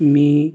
may